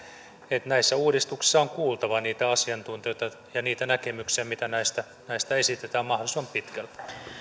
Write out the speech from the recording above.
että näissä uudistuksissa on kuultava asiantuntijoita ja niitä näkemyksiä mitä näistä näistä esitetään mahdollisimman pitkälle